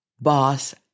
boss